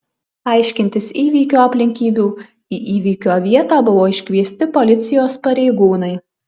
aiškintis įvykio aplinkybių į įvykio vietą buvo iškviesti policijos pareigūnai